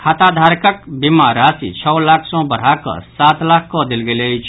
खाताधारकक बिमा राशि छओ लाख सँ बढ़ाकऽ सात लाख कऽ देल गेल अछि